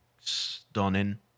stunning